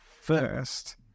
first